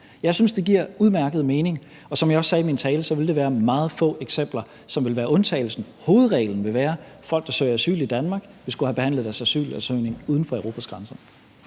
Jeg synes, det giver udmærket mening. Og som jeg også sagde i min tale, vil det være meget få eksempler, som vil være undtagelsen. Hovedreglen vil være, at folk, der søger asyl i Danmark, vil skulle have behandlet deres asylansøgning uden for Europas grænser